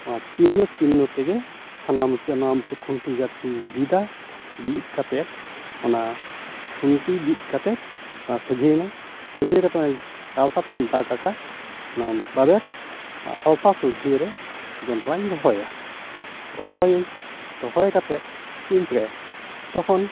ᱚᱱᱟ ᱪᱤᱱᱱᱚ ᱪᱤᱱᱱᱚ ᱛᱮᱜᱮ ᱦᱟᱱᱟ ᱢᱩᱪᱟᱹᱫ ᱱᱚᱣᱟ ᱢᱩᱪᱟᱹᱫ ᱠᱷᱩᱱᱴᱤ ᱠᱟᱫᱤᱧ ᱵᱤᱫᱟ ᱵᱤᱫ ᱠᱟᱛᱮᱫ ᱚᱱᱟ ᱠᱷᱩᱱᱴᱤ ᱵᱤᱫ ᱠᱟᱛᱮᱫ ᱥᱳᱡᱷᱮᱱᱟ ᱥᱚᱡᱷᱮ ᱠᱟᱛᱮᱫ ᱟᱞᱛᱟ ᱛᱮᱧ ᱫᱟᱜᱽ ᱟᱠᱟᱫ ᱚᱱᱟ ᱵᱟᱵᱮᱨ ᱟᱞᱛᱟ ᱥᱚᱡᱷᱮᱨᱮ ᱡᱚᱸᱰᱨᱟᱧ ᱨᱚᱦᱚᱭᱟ ᱨᱚᱦᱚᱭᱟᱹᱧ ᱨᱚᱦᱚᱭ ᱠᱟᱛᱮᱫ ᱪᱮᱫᱼᱤᱧ ᱪᱮᱠᱟᱭᱟ ᱛᱚᱠᱷᱚᱱ